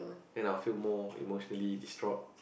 then I'll feel more emotionally destroyed